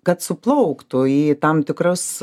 kad suplauktų į tam tikrus